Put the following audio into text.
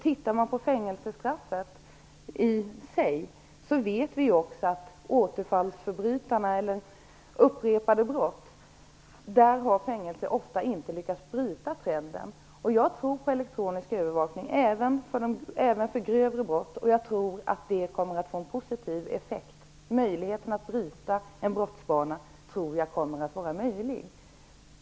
Tittar man på fängelsestraffet i sig vet vi också att i fråga om återfallsförbrytare och upprepade brott har man ofta inte lyckats bryta trenden. Jag tror på elektronisk övervakning även för grövre brott. Jag tror att det kommer att få en positiv effekt. Möjligheterna att bryta en brottsbana tror jag kommer att vara goda.